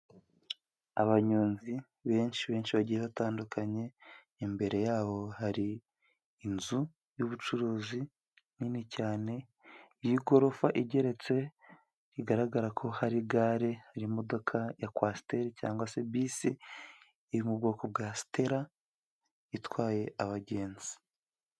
Abanyonzi benshi benshi bagiye batandukanye, imbere yabo hari inzu y'ubucuruzi nini cyane y'igorofa igeretse, bigaragara ko hari gare, irimo imodoka ya kwasiteri cyangwa se bisi iri mu bwoko bwa stela itwaye abagenzi.